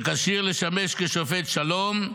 שכשיר לשמש כשופט שלום,